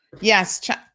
Yes